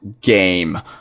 game